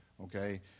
okay